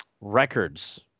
records